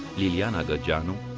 liliana gageanu,